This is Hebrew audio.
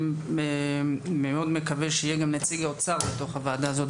אני מקווה מאוד שיהיה גם נציג אוצר בוועדה הזו,